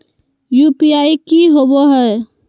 UPI की होवे है?